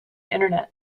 internet